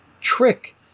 trick